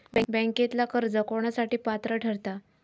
बँकेतला कर्ज कोणासाठी पात्र ठरता?